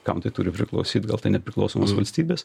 kam tai turi priklausyt gal tai nepriklausomos valstybės